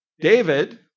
David